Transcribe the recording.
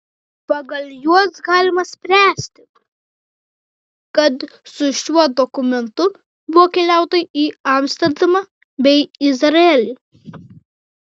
pagal juos galima spręsti kad su šiuo dokumentu buvo keliauta į amsterdamą bei izraelį